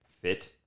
fit